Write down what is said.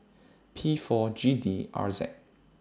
P four G D R Z